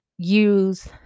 use